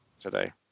today